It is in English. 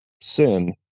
sin